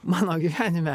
mano gyvenime